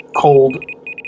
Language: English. cold